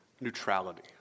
neutrality